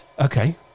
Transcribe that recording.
Okay